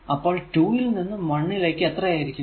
അപ്പോൾ 2 ൽ നിന്നും 1 ലേക്ക് എത്ര ആയിരിക്കും